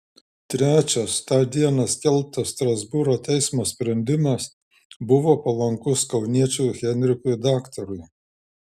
trečias tą dieną skelbtas strasbūro teismo sprendimas buvo palankus kauniečiui henrikui daktarui